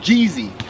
Jeezy